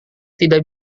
tidak